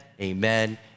Amen